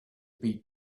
beat